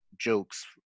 jokes